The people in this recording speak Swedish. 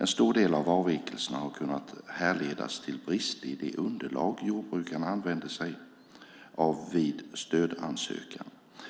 En stor del av avvikelserna har kunnat härledas till brister i de underlag som jordbrukarna använder sig av vid stödansökan.